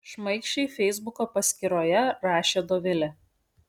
šmaikščiai feisbuko paskyroje rašė dovilė